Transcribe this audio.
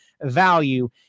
value